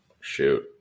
Shoot